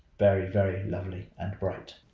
very very lovely and bright.